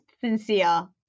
sincere